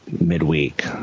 midweek